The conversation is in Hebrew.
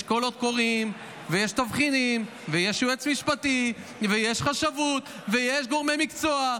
יש קולות קוראים ויש תבחינים ויש יועץ משפטי ויש חשבות ויש גורמי מקצוע,